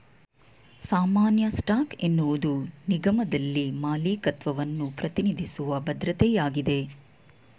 ಸಾಮಾನ್ಯ ಸ್ಟಾಕ್ ಎನ್ನುವುದು ನಿಗಮದಲ್ಲಿ ಮಾಲೀಕತ್ವವನ್ನ ಪ್ರತಿನಿಧಿಸುವ ಭದ್ರತೆಯಾಗಿದೆ